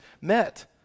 met